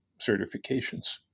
certifications